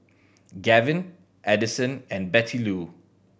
Gavyn Adison and Bettylou